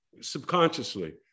subconsciously